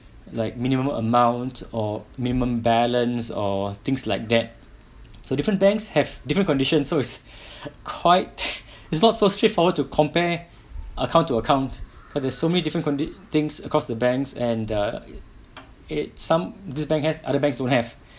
like minimum amount or minimum balance or things like that so different banks have different conditions so it's quite it's not so straightforward to compare account to account cause there's so many different condi~ things across the banks and err it some this bank has other banks don't have